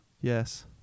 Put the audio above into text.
Yes